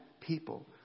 people